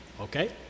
okay